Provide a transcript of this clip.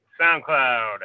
SoundCloud